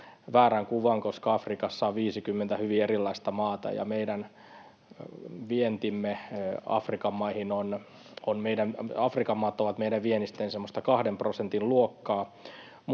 väärän kuvan, koska Afrikassa on 50 hyvin erilaista maata. Afrikan maat ovat meidän viennistä semmoista kahden prosentin luokkaa,